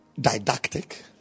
didactic